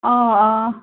آ آ